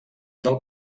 del